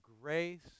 grace